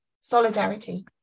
Solidarity